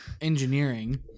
engineering